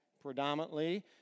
predominantly